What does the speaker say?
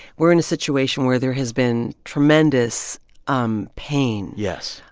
we're in a situation where there has been tremendous um pain. yes.